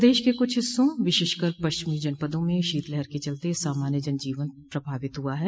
प्रदेश के कुछ हिस्सों विशेषकर पश्चिमी जनपदों में शीतलहर के चलते सामान्य जनजीवन प्रभावित हुआ है